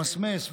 למסמס,